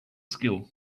skill